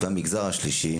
והמגזר השלישי,